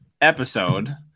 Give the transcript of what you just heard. episode